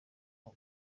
ngo